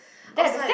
outside